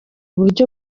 buryo